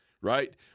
right